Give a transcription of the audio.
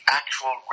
actual